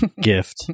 gift